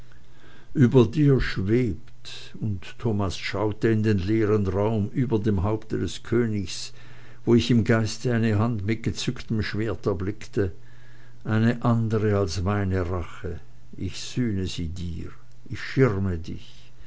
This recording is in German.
über dir schwebt und thomas schaute in den leeren raum über dem haupte des königs wo ich im geiste eine hand mit gezücktem schwerte erblickte eine andere als meine rache ich sühne sie dir ich schirme dich